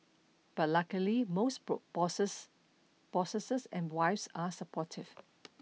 but luckily most boss bosses bosses and wives are supportive